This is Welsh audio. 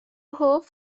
hoff